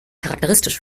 charakteristisch